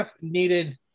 needed